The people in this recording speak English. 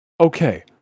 Okay